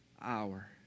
hour